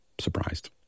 surprised